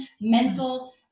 mental